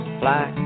fly